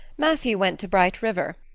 matthew went to bright river.